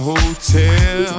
Hotel